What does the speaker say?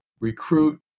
recruit